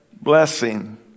blessing